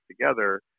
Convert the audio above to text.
together